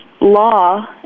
law